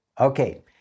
Okay